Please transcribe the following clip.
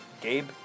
Gabe